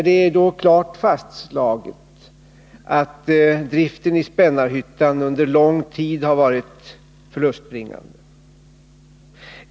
Det är ju klart fastslaget att driften i Spännarhyttan under lång tid har varit förlustbringande.